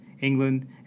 England